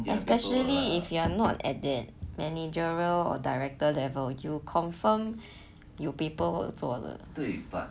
especially if you are not at that managerial or director level you confirm 有 paperwork 做的